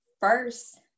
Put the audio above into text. First